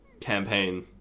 campaign